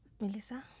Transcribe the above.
Melissa